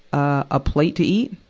a plate to eat,